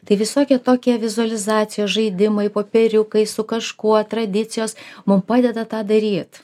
tai visokie tokie vizualizacijos žaidimai popieriukai su kažkuo tradicijos mum padeda tą daryt